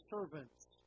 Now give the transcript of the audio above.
servants